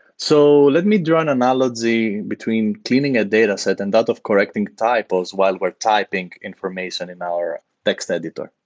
so let me draw an analogy between cleaning a dataset and that of correcting typos while we're typing information in our text editor.